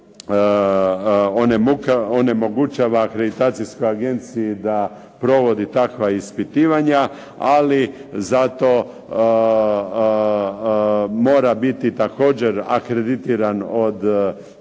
onemogućava akreditacijskoj agenciji da provodi takva ispitivanja, ali zato mora biti također akreditiran od Europske